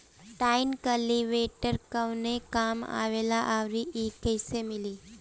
Tine cultivator कवने काम आवेला आउर इ कैसे मिली?